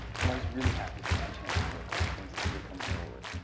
so i was really happy to get a chance to work on it and and to see it come forward.